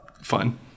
fun